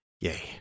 Yay